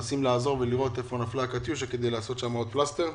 מנסים לעזור ולראות היכן נפלה הקטיושה כדי לשים שם עוד פלסטר.